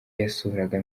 yasuraga